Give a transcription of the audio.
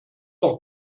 doch